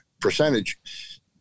percentage